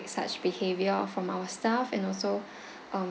such behaviour from our staff and also um